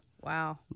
Wow